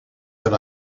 that